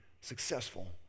successful